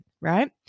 right